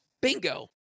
Bingo